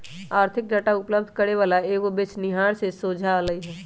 आर्थिक डाटा उपलब्ध करे वला कएगो बेचनिहार से सोझा अलई ह